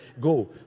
go